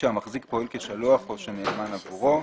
שהמחזיק פועל כשלוח או שנאמן בעבורו.